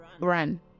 run